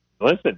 listen